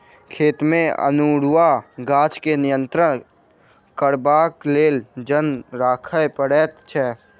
खेतमे अनेरूआ गाछ के नियंत्रण करबाक लेल जन राखय पड़ैत छै